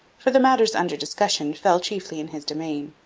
for the matters under discussion fell chiefly in his domain.